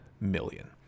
million